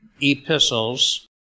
epistles